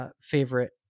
Favorite